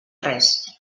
res